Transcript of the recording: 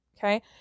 Okay